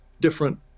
different